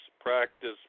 practice